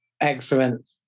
Excellent